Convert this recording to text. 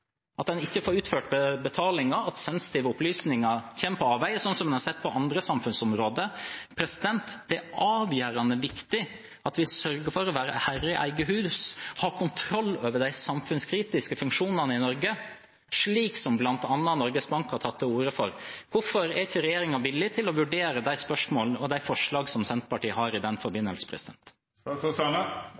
ikke får utført betalinger, sensitive opplysninger kommer på avveier, slik en har sett på andre samfunnsområder. Det er avgjørende viktig at vi sørger for å være herre i eget hus, ha kontroll over de samfunnskritiske funksjonene i Norge, slik som bl.a. Norges Bank har tatt til orde for. Hvorfor er ikke regjeringen villig til å vurdere de spørsmålene og de forslagene som Senterpartiet har i den forbindelse?